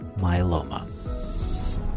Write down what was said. myeloma